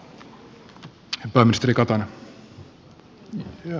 arvoisa puhemies